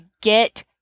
get